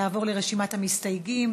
נעבור לרשימת המסתייגים.